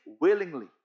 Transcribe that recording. willingly